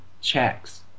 checks